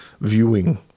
viewing